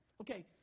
Okay